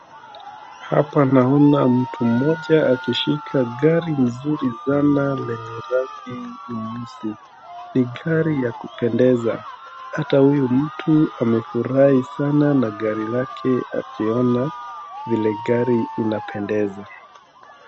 Hapa naona mtu mmoja akishika gari nzuri sana lenye rangi nyeusi. Ni gari ya kupendeza. Hata huyu mtu amefurahi sana na gari lake akiona vile gari inapendeza.